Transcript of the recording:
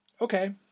Okay